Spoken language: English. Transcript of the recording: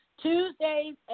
Tuesdays